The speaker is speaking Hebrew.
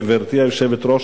גברתי היושבת-ראש,